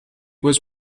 was